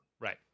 right